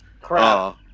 Crap